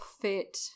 fit